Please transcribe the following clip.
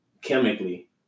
chemically